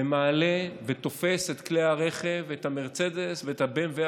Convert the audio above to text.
ומעלה ותופס את כלי הרכב, את המרצדס ואת הב.מ.וו.